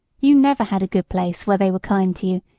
you never had a good place where they were kind to you,